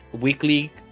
weekly